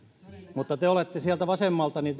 mutta te siellä vasemmalla